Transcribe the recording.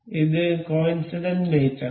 ഇത് coincident mate ആണ്